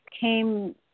came